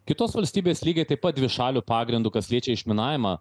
kitos valstybės lygiai taip pat dvišaliu pagrindu kas liečia išminavimą